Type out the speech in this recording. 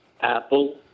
Apple